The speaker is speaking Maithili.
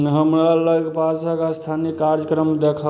हमरा लगपासक स्थानीय कार्यक्रम देखाउ